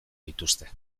dituzte